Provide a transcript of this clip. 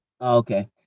Okay